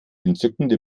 entzückende